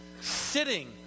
sitting